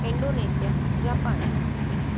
Indonesia Japan